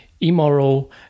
immoral